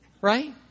Right